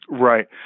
Right